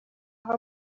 aho